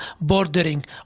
bordering